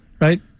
right